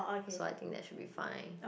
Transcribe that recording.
so I think that should be fine